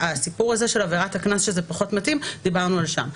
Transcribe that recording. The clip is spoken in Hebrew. על הסיפור הזה שזה פחות מתאים לעבירת הקנס דיברנו שם.